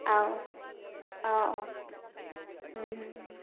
ꯑꯥꯎ ꯑꯥꯎ ꯑꯥꯎ ꯎꯝ